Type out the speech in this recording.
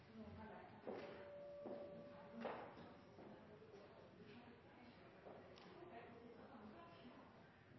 Takk for